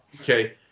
Okay